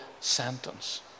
sentence